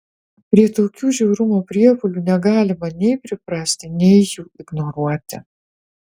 prie tokių žiaurumo protrūkių negalima nei priprasti nei jų ignoruoti